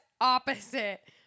opposite